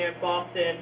Boston